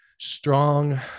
strong